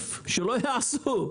עדיף שלא יעשו,